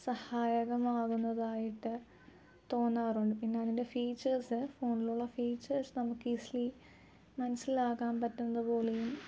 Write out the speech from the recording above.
സഹായകമാകുന്നതായിട്ട് തോന്നാറുണ്ട് പിന്നെ അതിൻ്റെ ഫീച്ചേസ് ഫോണിലുള്ള ഫീച്ചേസ് നമുക്ക് ഈ ഈസ്ലി മനസ്സിലാക്കാൻ പറ്റുന്നത് പോലെയും